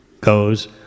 goes